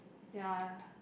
ya